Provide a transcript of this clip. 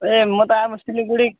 ए म त अब सिलगढी